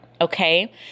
Okay